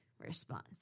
response